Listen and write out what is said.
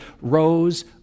rose